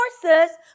forces